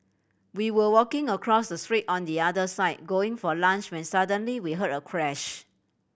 we were walking across the street on the other side going for lunch when suddenly we heard a crash